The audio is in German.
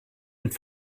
und